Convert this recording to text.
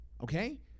Okay